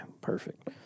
perfect